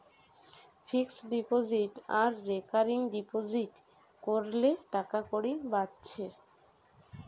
fixed deposit আর recurring deposit কোরলে টাকাকড়ি বাঁচছে